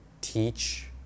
teach